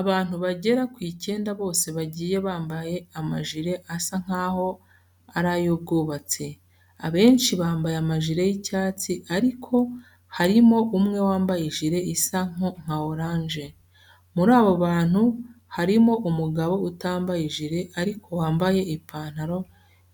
Abantu bagera ku icyenda bose bagiye bambaye amajire asa nkaho ari ay'ubwubatsi. Abenshi bambaye amajire y'icyatsi ariko harimo umwe wambaye ijire isa nka oranje. Muri abo bantu harimo umugabo utambaye ijire ariko wambaye ipantaro